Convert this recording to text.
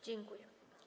Dziękuję.